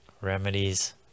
remedies